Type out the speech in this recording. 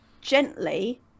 gently